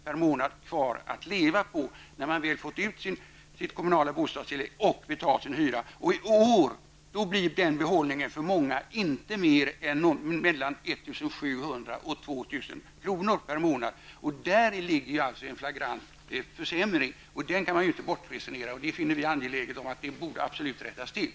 per månad kvar att leva på när man väl fått ut sitt kommunala bostadstillägg och betalt sin hyra. I år blir denna behållning för många inte mer än mellan 1 700 och 2 000 per månad. Däri ligger en flagrant försämring, och den kan man inte bortresonera. Vi finner det mycket angeläget att detta rättas till.